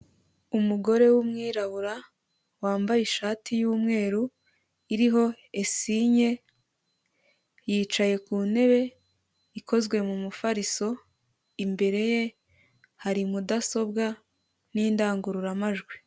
Umugore w'umwirabura wambaye ishati y'umweru iriho esinye, yicaye ku ntebe ikozwe mu mufariso, imbere ye hari mudasobwa n'indangururamajwi.